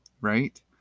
right